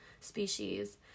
species